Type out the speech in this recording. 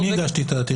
אני הגשתי את העתירה.